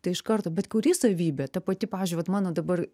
tai iš karto bet kuri savybė ta pati pavyzdžiui vat mano dabar